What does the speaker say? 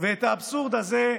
את האבסורד הזה,